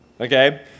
Okay